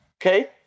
okay